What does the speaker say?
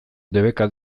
debeka